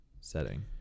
setting